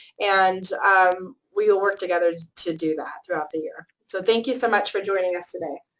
and um we will work together to do that throughout the year, so thank you so much for joining us today.